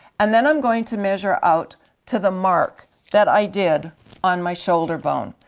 and then i'm going to measure out to the mark that i did on my shoulder bone.